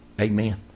Amen